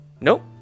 Nope